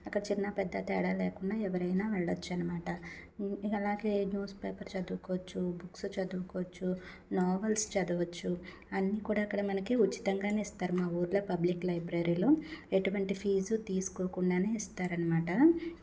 అక్కడ చిన్న పెద్ద తేడా లేకుండా ఎవరైనా వెళ్లొచ్చనమాట అలాగే న్యూస్ పేపర్ చదువుకోవచ్చు బుక్స్ చదువుకోవచ్చు నవల్స్ చదవచ్చు అన్ని కూడా అక్కడ మనకి ఉచితంగానే ఇస్తారు మా ఊర్లో పబ్లిక్ లైబ్రరీలో ఎటువంటి ఫీజు తీసుకోకుండానే ఇస్తారనమాట